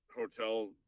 hotel